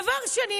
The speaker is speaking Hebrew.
דבר שני,